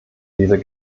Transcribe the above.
dieser